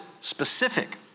specific